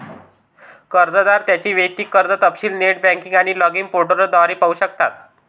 कर्जदार त्यांचे वैयक्तिक कर्ज तपशील नेट बँकिंग आणि लॉगिन पोर्टल द्वारे पाहू शकतात